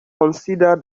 consider